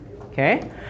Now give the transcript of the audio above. okay